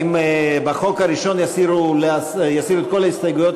אם בחוק הראשון יסירו את כל ההסתייגויות,